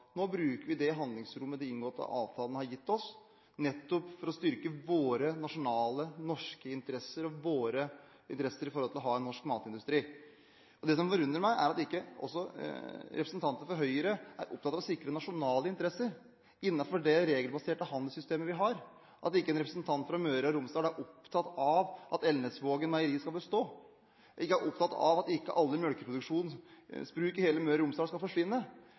Nå bruker vi det handlingsrommet de inngåtte avtalene har gitt oss, nettopp for å styrke våre nasjonale, norske interesser og våre interesser i forhold til å ha en norsk matindustri. Det som forundrer meg, er at ikke representanter fra Høyre er opptatt av å sikre nasjonale interesser innenfor det regelbaserte handelssystemet vi har, at ikke en representant fra Møre og Romsdal er opptatt av at Elnesvågen meieri skal bestå, ikke er opptatt av at ikke alle melkeproduksjonsbruk i Møre og Romsdal skal forsvinne.